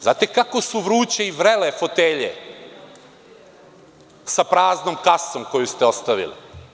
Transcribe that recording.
Znate li kako su vruće i vrele fotelje sa praznom kasom koju ste ostavili?